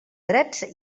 drets